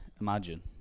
imagine